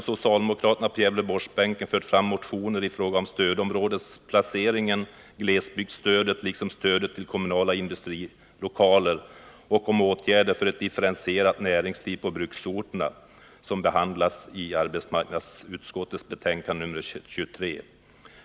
Socialdemokraterna på Gävleborgsbänken har även väckt motioner i fråga om stödområdesplaceringen, glesbygdsstödet, stödet till kommunala industrilokaler och åtgärder för ett differentierat näringsliv på bruksorterna. Dessa motioner behandlas i arbetsmarknadsutskottets betänkande nr 23.